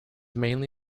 mainly